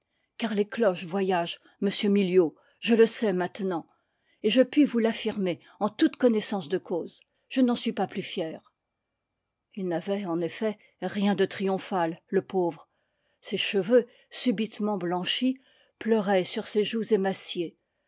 car les cloches voya gent monsieur miliau je le sais maintenant et je puis vous l'affirmer en toute connaissance de cause je n'en suis pas plus fier il n'avait en effet rien de triomphal le pauvre ses che veux subitement blanchis pleuraient sur ses joues émaciées